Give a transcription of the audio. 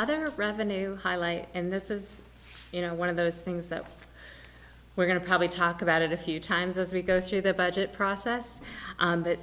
other revenue highlight and this is you know one of those things that we're going to probably talk about it a few times as we go through the budget process that